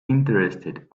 interested